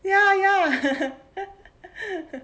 ya ya